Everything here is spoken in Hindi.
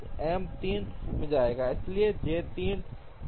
इसलिए J 3 यहाँ 27 पर आएगा